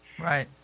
Right